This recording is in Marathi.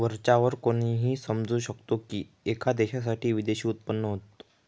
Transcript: वरच्या वर कोणीही समजू शकतो की, एका देशासाठी विदेशी उत्पन्न होत